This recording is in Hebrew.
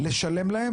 לשלם להם,